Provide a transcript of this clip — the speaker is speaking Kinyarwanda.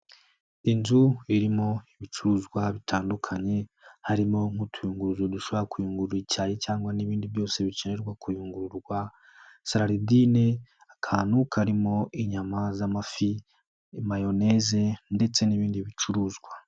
Inzu irimo ibicuruzwa bitandukanye, harimo nk'utuyunguruzo dushobora kuyungurura icyayi cyangwa n'ibindi byose bikenerwa kuyungururwa, Saridine akantu karimo inyama z'amafi mayoneze ndetse n'ibindi bicuruzwa.